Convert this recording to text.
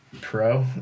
Pro